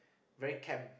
very camp